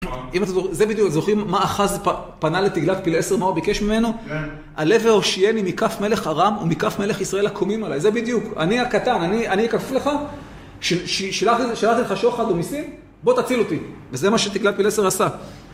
אם אתם זוכ... זה בדיוק. זוכרים מה אחז פנה לתגלת פילאסר, מה הוא ביקש ממנו? "עלה והושיעני מכף מלך ארם ומכף מלך ישראל הקומים עליי". זה בדיוק, אני הקטן, אני כפוף לך, שלח... ש... שלחתי לך שוחד ומיסים, בוא תציל אותי. וזה מה שתגלת פילאסר עשה.